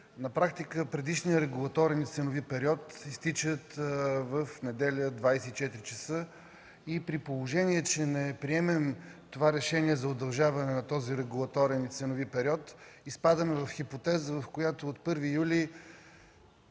на практика предишният регулаторен/ценови период изтича в неделя в 24.00 ч. При положение че не приемем решение за удължаване на този регулаторен/ценови период изпадаме в хипотеза, в която от 1 юли